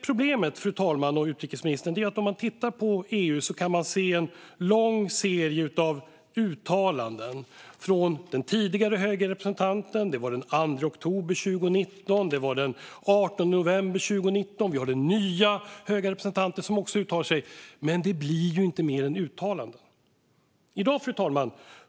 Problemet, fru talman och utrikesministern, är att när man tittar på EU:s agerande kan man se en lång serie av uttalanden från den tidigare höga representanten, den 2 oktober 2019 och den 18 november 2019. Den nya höge representanten har också uttalat sig. Men det blir inte mer än uttalanden. Fru talman!